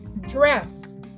dress